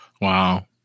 Wow